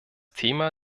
thema